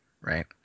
right